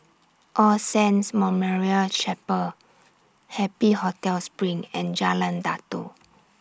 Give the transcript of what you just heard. All Saints Memorial Chapel Happy Hotel SPRING and Jalan Datoh